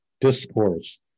discourse